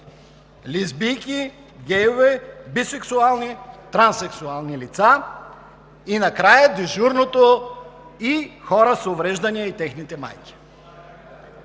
„лесбийки, гейове, бисексуални, транссексуални лица“ и накрая дежурното „и хора с увреждания и техните майки“.